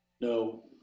No